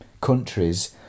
countries